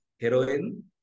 heroin